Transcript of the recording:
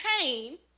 pain